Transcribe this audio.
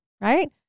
Right